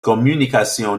communication